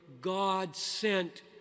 God-sent